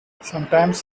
sometimes